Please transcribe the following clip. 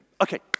Okay